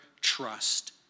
trust